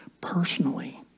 personally